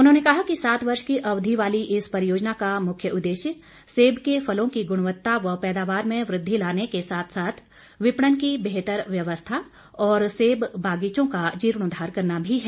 उन्होंने कहा कि सात वर्ष की अवधि वाली इस परियोजना का मुख्य उद्देश्य सेब के फलों की गुणवत्ता व पैदावार में वृद्धि लाने के साथ साथ विपणन की बेहतर व्यवस्था और सेब बागीचों का जीर्णोद्वार करना भी है